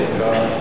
דקתיים כן.